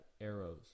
arrows